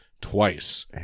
twice